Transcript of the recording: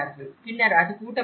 பின்னர் அது கூட்டமாகிறது